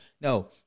No